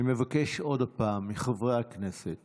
אני מבקש עוד פעם מחברי הכנסת